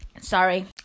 Sorry